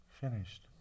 finished